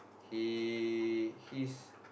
he he's